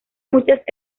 muchas